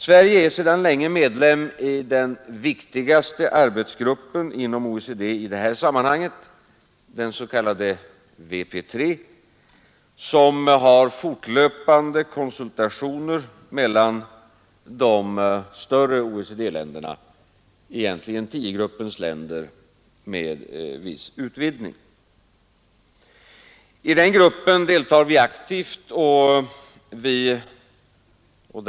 Sverige är sedan länge medlem i den viktigaste arbetsgruppen inom OECD i detta sammanhang, den s.k. WP3, som har fortlöpande konsultationer med de större OECD-länderna — egentligen tiogruppens länder med viss utvidgning. I den gruppen deltar vi från Sverige aktivt.